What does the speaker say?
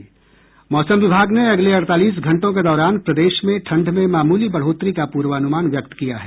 मौसम विभाग ने अगले अड़तालीस घंटों के दौरान प्रदेश में ठंड में मामूली बढ़ोतरी का पूर्वानुमान व्यक्त किया है